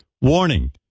warning